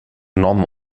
enorme